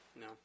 No